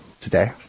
today